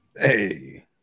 Hey